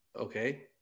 okay